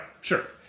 sure